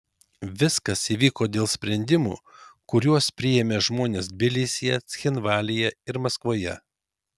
viskas įvyko dėl sprendimų kuriuos priėmė žmonės tbilisyje cchinvalyje ir maskvoje